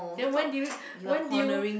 then when did you when did you